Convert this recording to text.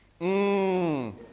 mmm